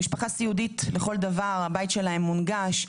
משפחה סיעודית לכל דבר, הבית שלהם מונגש.